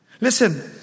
Listen